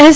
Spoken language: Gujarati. એસ